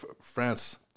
france